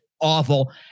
awful